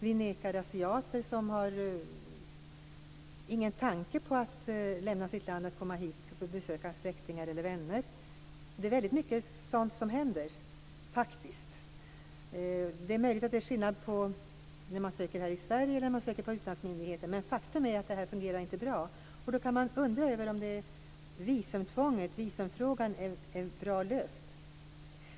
Vi nekar asiater som inte har en tanke på att lämna sitt land att komma hit för att besöka släktingar eller vänner. Det är väldigt mycket sådant som händer - faktiskt. Det är möjligt att det är skillnad om man söker här i Sverige eller om man söker på utlandsmyndigheter, men faktum är att det här inte fungerar bra. Då kan man undra över om visumfrågan är bra löst.